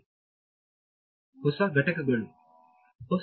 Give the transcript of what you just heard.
ವಿದ್ಯಾರ್ಥಿ ಹೊಸ ಘಟಕಗಳುnew components